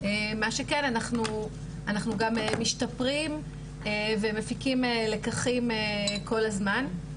מה שכן אנחנו גם משתפרים ומפיקים לקחים כל הזמן.